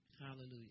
Hallelujah